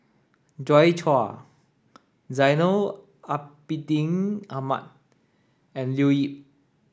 Joi Chua Zainal Abidin Ahmad and Leo Yip